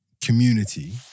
community